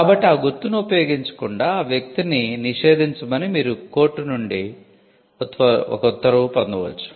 కాబట్టి ఆ గుర్తును ఉపయోగించకుండా ఆ వ్యక్తిని ఇంజెక్ట్ చేయమని మీరు కోర్టు నుండి ఒక ఉత్తర్వు పొందవచ్చు